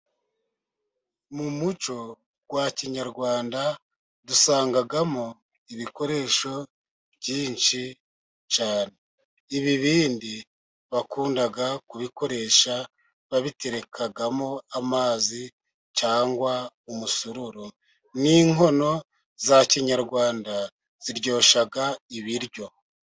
Mu muco wa kinyarwanda dusangamo ibikoresho byinshi cyane. Ibibindi bakundaga kubikoresha babiterekamo amazi cyangwa umusururu, n'inkono za kinyarwanda ziryosha ibiryo.